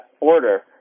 order